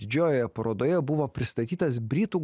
didžiojoje parodoje buvo pristatytas britų